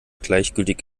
gleichgültig